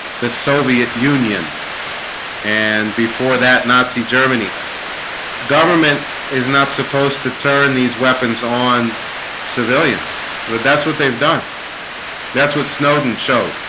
the soviet union and before that nazi germany government is not supposed to turn these weapons on civilians, but that's what they've done that's what snowden showed